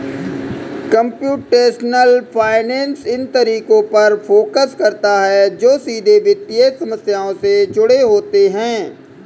computational finance इन तरीकों पर फोकस करता है जो सीधे वित्तीय समस्याओं से जुड़े होते हैं